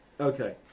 Okay